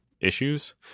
issues